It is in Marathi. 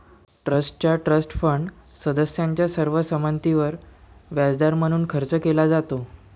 ट्रस्टचा ट्रस्ट फंड सदस्यांच्या सर्व संमतीवर व्याजदर म्हणून खर्च केला जातो